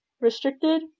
restricted